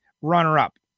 runner-up